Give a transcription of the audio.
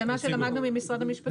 זה מה שלמדנו ממשרד המשפטים.